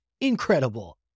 incredible